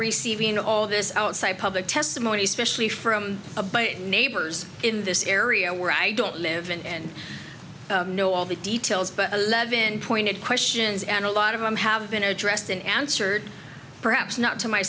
receiving all of this outside public testimony specially from a by neighbors in this area where i don't live in and know all the details but eleven pointed questions and a lot of them have been addressed and answered perhaps not to my